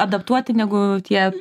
adaptuoti negu tie